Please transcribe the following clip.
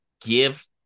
give